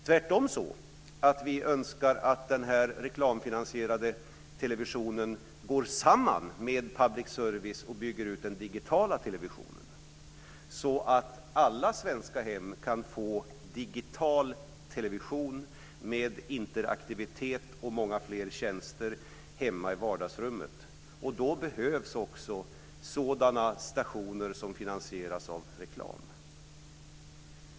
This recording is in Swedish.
Tvärtom önskar vi att den reklamfinansierade televisionen går samman med public service och bygger ut den digitala televisionen, så att alla svenska hem kan få digital television med interaktivitet och många fler tjänster hemma i vardagsrummet. Då behövs också sådana stationer som finansieras av reklam.